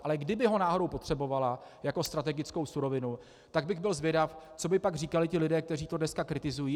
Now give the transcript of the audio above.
Ale kdyby ho náhodou potřebovala jako strategickou surovinu, tak bych byl zvědav, co by pak říkali lidé, kteří to dneska kritizují.